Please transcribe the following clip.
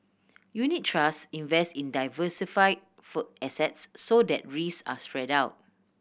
unit trust invest in diversify for assets so that risk are spread out